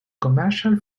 commercial